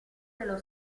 dello